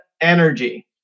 energy